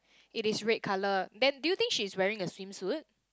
it is read colour then do you think she is wearing a swimsuit